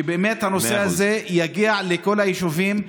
שבאמת הנושא הזה יגיע לכל היישובים,